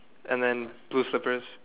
and then blue slippers